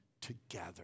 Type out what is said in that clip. together